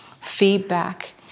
feedback